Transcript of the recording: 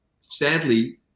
Sadly